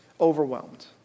overwhelmed